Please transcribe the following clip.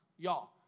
Y'all